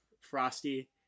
Frosty